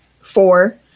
four